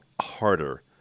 harder